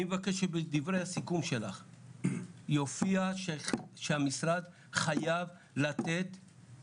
אני אבקש שבדברי הסיכום שלך יופיע שהמשרד חייב לתת,